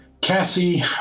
Cassie